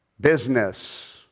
business